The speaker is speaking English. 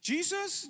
Jesus